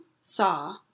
saw